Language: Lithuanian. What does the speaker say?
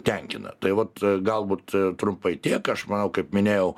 tenkina tai vat galbūt trumpai tiek aš manau kaip minėjau